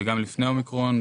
וגם לפני האומיקרון,